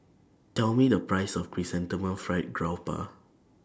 Tell Me The Price of Chrysanthemum Fried Garoupa